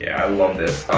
i love this.